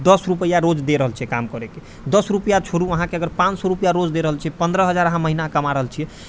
दस रुपआ रोज दे रहल छै काम करै के दस रुपआ छोड़ू अहाँके अगर पाँच सए रुपआ रोज दे रहल छै पन्द्रह हजार अहाँ महिनाके कमा रहल छियै